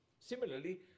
Similarly